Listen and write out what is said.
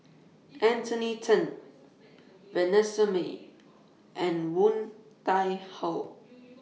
Anthony Then Vanessa Mae and Woon Tai Ho